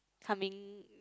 coming